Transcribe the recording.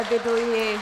Děkuji.